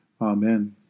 Amen